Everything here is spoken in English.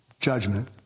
judgment